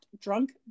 Drunk